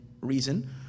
reason